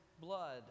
blood